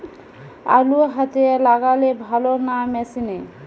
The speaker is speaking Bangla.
আলু হাতে লাগালে ভালো না মেশিনে?